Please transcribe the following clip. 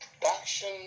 production